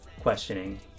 questioning